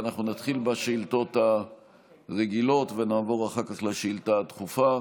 ואנחנו נתחיל בשאילתות הרגילות ונעבור אחר כך לשאילתה הדחופה.